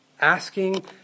Asking